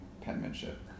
penmanship